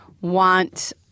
want